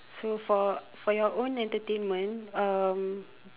so for for your own entertainment um